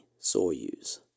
Soyuz